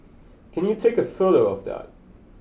can you take a photo of that